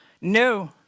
No